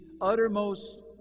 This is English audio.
uttermost